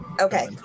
Okay